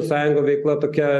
sąjungų veikla tokia